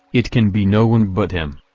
it can be no one but him!